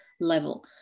level